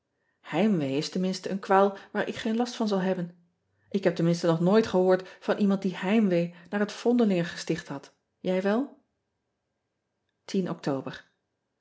eimwee is tenminste een kwaal waar ik geen last van zal hebben k heb tenminste nog nooit gehoord van iemand die heimwee naar het ondelingengesticht had jij wel ctober